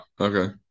Okay